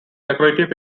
decorative